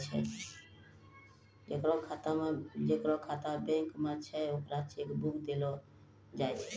जेकर खाता बैंक मे छै ओकरा चेक बुक देलो जाय छै